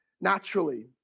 naturally